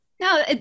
No